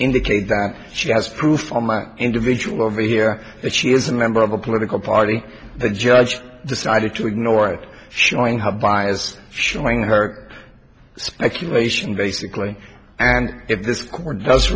indicate that she has proof from an individual over here that she is a member of a political party the judge decided to ignore it showing how biased showing her speculation basically and if this does